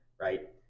right